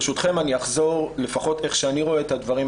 ברשותכם אחזור ואומר לפחות איך אני רואה את הדברים.